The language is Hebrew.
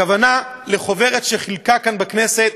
הכוונה לחוברת שחילקה כאן בכנסת